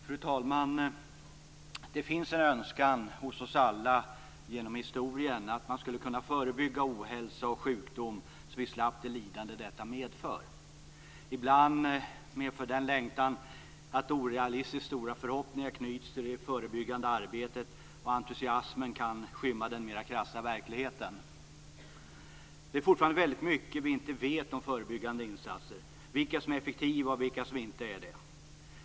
Fru talman! Det har genom historien hos alla funnits en önskan att förebygga ohälsa och sjukdom, så att man skulle slippa det lidande detta medför. Ibland medför denna längtan att orealistiskt stora förhoppningar knyts till det förebyggande arbetet och till att entusiasmen kan komma att skymma den mera krassa verkligheten. Det är fortfarande väldigt mycket som vi inte vet om förebyggande insatser, vilka som är effektiva och vilka som inte är det.